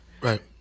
Right